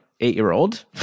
eight-year-old